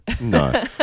No